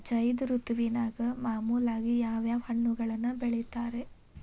ಝೈದ್ ಋತುವಿನಾಗ ಮಾಮೂಲಾಗಿ ಯಾವ್ಯಾವ ಹಣ್ಣುಗಳನ್ನ ಬೆಳಿತಾರ ರೇ?